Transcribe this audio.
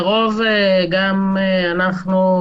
לרוב גם אנחנו,